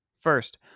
First